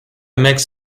makes